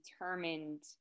determined